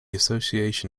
association